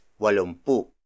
walumpu